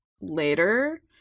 later